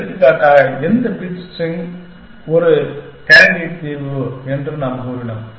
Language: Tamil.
எடுத்துக்காட்டாக எந்த பிட்ஸ் ஸ்ஸ்ட்ரிங் ஒரு கேண்டிடேட் தீர்வு என்று நாம் கூறினோம்